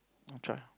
I'll try